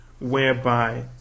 whereby